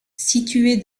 située